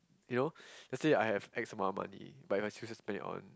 you know yesterday I have X amount of money but if I choose to spend it on